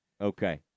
Okay